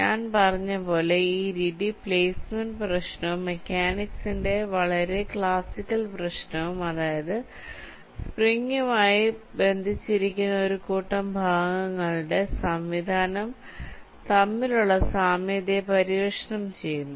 ഞാൻ പറഞ്ഞതുപോലെ ഈ രീതി പ്ലെയ്സ്മെന്റ് പ്രശ്നവും മെക്കാനിക്സിന്റെ വളരെ ക്ലാസിക്കൽ പ്രശ്നവുംഅതായത് സ്പ്രിങ്സുമായി ബന്ധിച്ചിരിക്കുന്ന ഒരു കൂട്ടം ഭാഗങ്ങളുടെ സംവിധാനം തമ്മിലുള്ള സാമ്യതയെ പര്യവേക്ഷണം ചെയ്യുന്നു